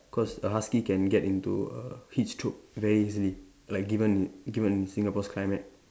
cause a husky can get into a heat stroke very easily like given given in Singapore's climate